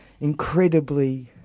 incredibly